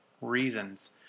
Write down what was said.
reasons